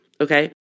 Okay